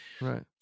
Right